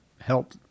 help